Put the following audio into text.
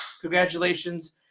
Congratulations